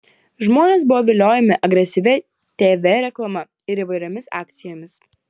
žmonės buvo viliojami agresyvia tv reklama ir įvairiomis akcijomis